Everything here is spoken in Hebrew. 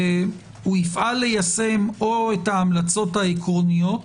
הוא יפעל ליישם או את ההמלצות העקרוניות